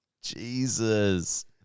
jesus